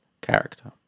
character